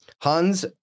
Hans